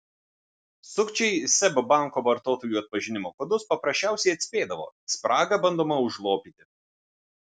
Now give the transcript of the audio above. sukčiai seb banko vartotojų atpažinimo kodus paprasčiausiai atspėdavo spragą bandoma užlopyti